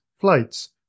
flights